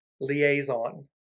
liaison